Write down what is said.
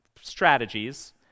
strategies